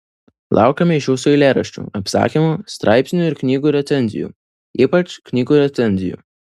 laukiame iš jūsų eilėraščių apsakymų straipsnių ir knygų recenzijų ypač knygų recenzijų